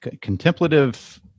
Contemplative